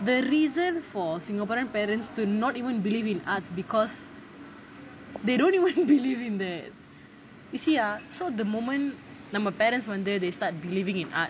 the reason for singaporean parents to not even believe in arts because they don't even believe in that you see ah so the moment நம்ம:namma parents வந்து:vanthu they start believing in arts